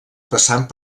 passant